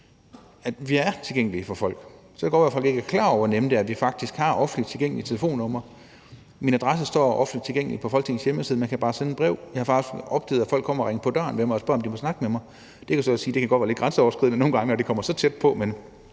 at vi er tilgængelige for folk. Så kan det godt være, at folk ikke er klar over, hvor nemt det er, og at vi faktisk har offentligt tilgængelige telefonnumre. Min adresse står offentligt tilgængeligt på Folketingets hjemmeside; man kan bare sende et brev. Jeg har faktisk også oplevet, at folk kommer og ringer på døren hos mig og spørger, om de må snakke med mig. Det vil jeg så sige godt kan være lidt grænseoverskridende nogle gange, når de kommer så tæt på. Men